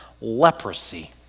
leprosy